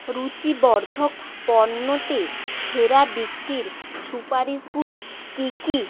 রুচিবর্ধক পণ্যতে সেরা বিক্রির সুপারিশগুলো কি কি